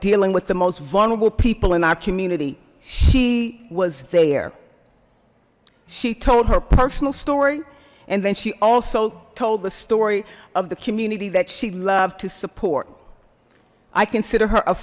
dealing with the most vulnerable people in our community she was there she told her personal story and then she also told the story of the community that she loved to support i consider her a